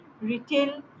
Retail